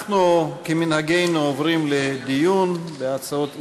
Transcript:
אנחנו כמנהגנו עוברים לדיון בהצעות האי-אמון.